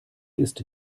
ist